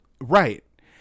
Right